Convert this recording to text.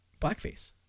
blackface